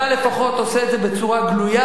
אתה לפחות עושה את זה בצורה גלויה.